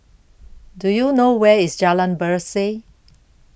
Do YOU know Where IS Jalan Berseh